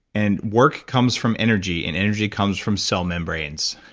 and work comes from energy. and energy comes from cell membranes.